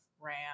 ram